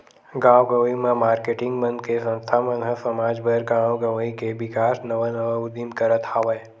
गाँव गंवई म मारकेटिंग मन के संस्था मन ह समाज बर, गाँव गवई के बिकास नवा नवा उदीम करत हवय